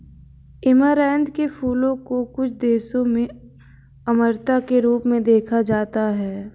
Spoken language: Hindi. ऐमारैंथ के फूलों को कुछ देशों में अमरता के रूप में देखा जाता है